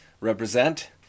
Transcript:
represent